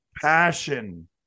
passion